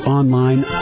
online